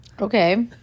Okay